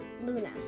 Luna